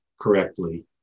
correctly